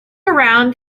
around